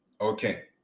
okay